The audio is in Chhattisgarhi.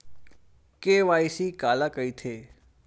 के.वाई.सी काला कइथे?